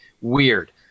Weird